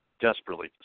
desperately